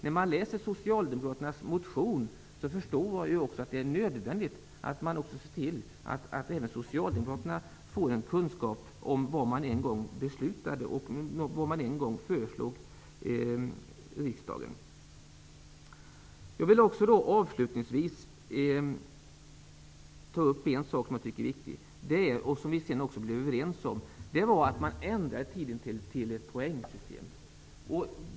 När man läser Socialdemokraternas motion förstår man också att det är nödvändigt att se till att även Socialdemokraterna får kunskap om vad de en gång föreslog riksdagen och vad riksdagen beslutade. Avslutningsvis vill jag ta upp en sak som är viktig, som vi sedan blev överens om. Det var att vi ändrade till ett poängsystem.